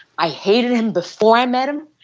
i hated him before i met him,